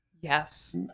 Yes